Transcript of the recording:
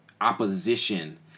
opposition